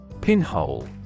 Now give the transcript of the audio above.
Pinhole